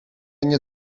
nie